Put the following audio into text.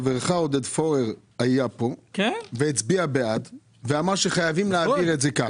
חברך עודד פורר היה כאן והצביע בעד ואמר שחייבים להעביר את זה כך.